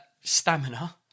stamina